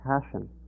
passion